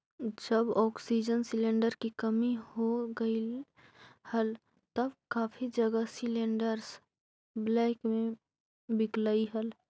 जब oxygen cylinder की कमी हो गईल हल तब काफी जगह सिलेंडरस ब्लैक में बिकलई हल